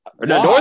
No